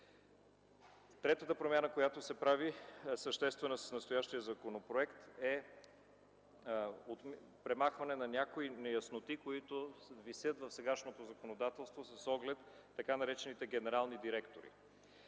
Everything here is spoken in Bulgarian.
съществена промяна, която се прави с настоящия законопроект, е премахване на някои неясноти, които висят в сегашното законодателство с оглед така наречените генерални директори.